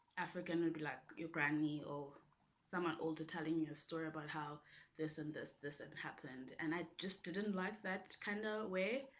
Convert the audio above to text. and be like your granny or someone older telling you a story about how this and this this had happened and i just didn't like that kind of way